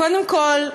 קודם כול,